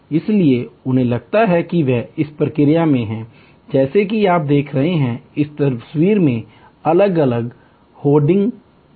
इसलिए उन्हें लगता है कि वे इस प्रक्रिया में हैं जैसा कि आप देख रहे हैं इस तस्वीर में अलग अलग होल्डिंग रूम हैं